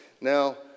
Now